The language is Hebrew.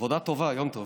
עבודה טובה, יום טוב.